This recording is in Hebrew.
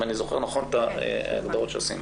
אם אני זוכר נכון את ההגדרות שעשינו.